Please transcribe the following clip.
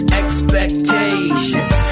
expectations